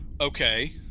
Okay